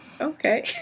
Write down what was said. okay